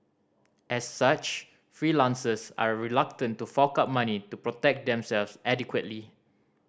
as such freelancers are reluctant to fork out money to protect themselves adequately